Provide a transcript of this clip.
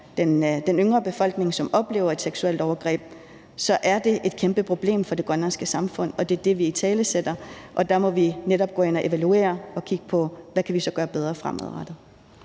den yngre befolkning, som oplever et seksuelt overgreb, så er det et kæmpeproblem for det grønlandske samfund. Og det er det, vi italesætter, og der må vi netop gå ind og evaluere og kigge på, hvad vi så kan gøre bedre fremadrettet.